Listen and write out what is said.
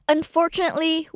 Unfortunately